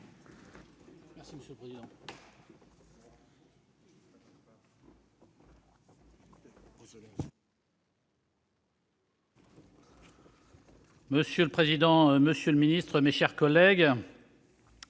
Monsieur le président, monsieur le ministre, mes chers collègues,